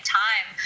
time